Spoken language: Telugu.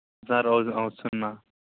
సార్ వస్తున్నాను